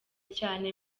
cyane